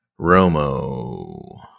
Romo